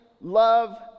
love